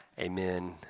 amen